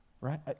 Right